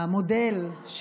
המודל.